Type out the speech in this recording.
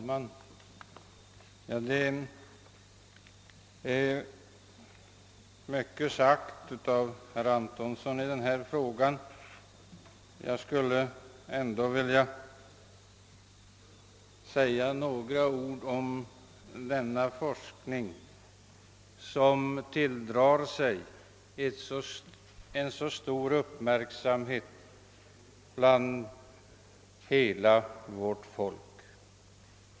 Herr talman! Även om det är mycket sagt av herr Antonsson i frågan, skulle jag vilja säga några ord om denna forskning som tilldrar sig så stor uppmärksamhet inom hela vårt folk.